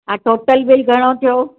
हा टोटल बिलि घणो थियो